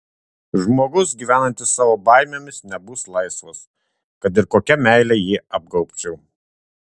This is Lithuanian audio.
žmogus gyvenantis savo baimėmis nebus laisvas kad ir kokia meile jį apgaubčiau